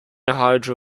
hydro